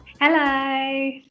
Hello